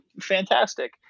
fantastic